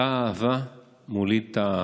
/ תא אהבה מוליד תא אהבה.